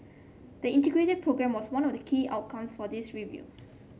the Integrated Programme was one of the key outcomes for this review